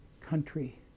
country